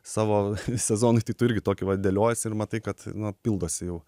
savo sezonui tai tu irgi tokį va dėliojiesi ir matai kad na pildosi jau